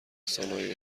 رسانههای